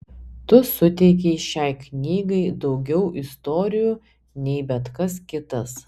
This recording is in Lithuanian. tu suteikei šiai knygai daugiau istorijų nei bet kas kitas